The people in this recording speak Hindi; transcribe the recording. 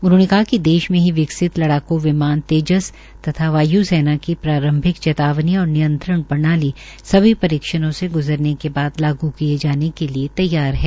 उन्होंने कहा कि देश में ही विकसित लड़ाक् विमान तेजस तथा वाय्सेना की प्रांरभ्रिक चेतावनी और नियंत्रण प्रणाली सभी परीक्षकों से ग्जरने के बाद लागू किये जाने के लिये तैयार है